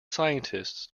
scientists